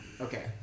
Okay